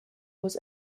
was